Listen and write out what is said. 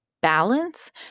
balance